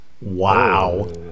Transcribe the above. Wow